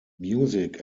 music